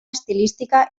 estilística